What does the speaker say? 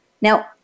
Now